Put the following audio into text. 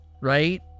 right